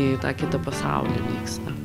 į tą kitą pasaulį vyksta